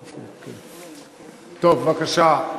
בבקשה.